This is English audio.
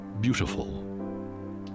beautiful